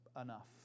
enough